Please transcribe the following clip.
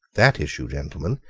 that issue, gentlemen,